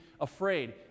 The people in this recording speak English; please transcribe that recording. afraid